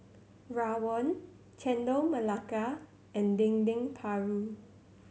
rawon Chendol Melaka and Dendeng Paru